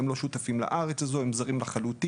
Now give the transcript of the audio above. הם לא שותפים לארץ הזו, הם זרים לחלוטין.